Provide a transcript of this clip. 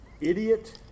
idiot